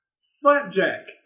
Slapjack